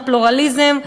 הפלורליזם,